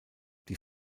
die